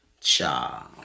Cha